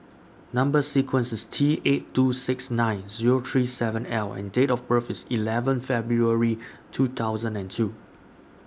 Number sequence IS T eight two six nine Zero three seven L and Date of birth IS eleven February two thousand and two